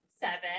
seven